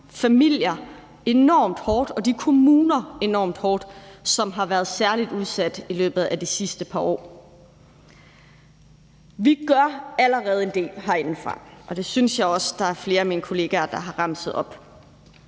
familier og de kommuner enormt hårdt, som har været særlig udsat i løbet af de sidste par år. Vi gør allerede en del herinde fra, og det synes jeg også flere af mine kolleger har remset op.